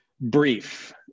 brief